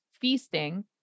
feasting